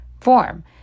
form